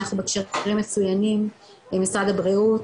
אנחנו בקשרים מצוינים עם משרד הבריאות,